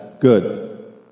Good